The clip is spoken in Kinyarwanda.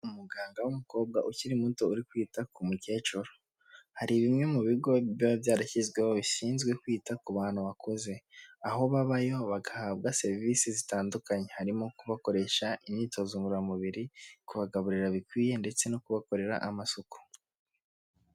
Umuganga w'umukobwa ukiri muto uri kwita ku mukecuru, hari bimwe mu bigo biba byarashyizweho bishinzwe kwita ku bantu bakuze, aho babayo bagahabwa serivisi zitandukanye harimo kubakoresha imyitozo ngororamubiri, kubagaburira bikwiye ndetse no kubakorera amasuku.